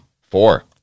Four